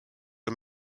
are